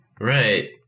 Right